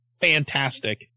fantastic